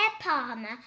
Palmer